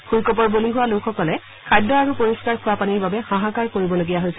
ভূঁইকঁপৰ বলি হোৱা লোকসকলে খাদ্য আৰু পৰিষ্কাৰ খোৱা পানীৰ বাবে হাহাকাৰ কৰিবলগীয়া হৈছে